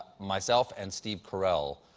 myself and steve carell,